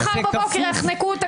מחר בבוקר יחנקו אותה.